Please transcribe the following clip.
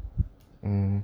um